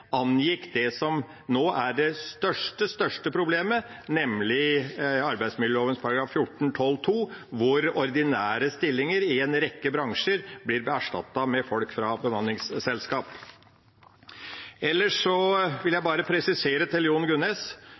angikk det som nå er det største problemet, nemlig arbeidsmiljøloven § 14-12 , hvor ordinære stillinger i en rekke bransjer blir erstattet med folk fra bemanningsselskaper. Ellers vil jeg bare presisere til John Gunnes